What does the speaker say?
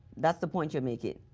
that's the point you are making.